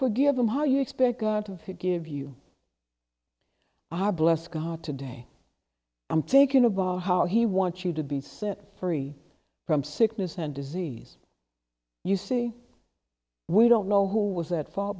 forgive them how you expect god to fit give you are blessed god today i'm thinking about how he wants you to be set free from sickness and disease you see we don't know who was at fault